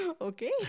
Okay